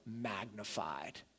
magnified